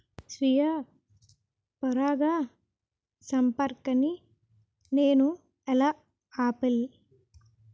స్వీయ పరాగసంపర్కాన్ని నేను ఎలా ఆపిల్?